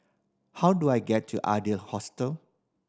how do I get to Adler Hostel